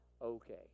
okay